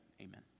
amen